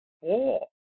four